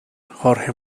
jorge